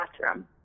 bathroom